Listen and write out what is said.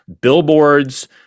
billboards